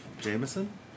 Jameson